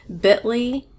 bit.ly